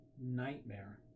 nightmare